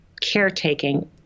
caretaking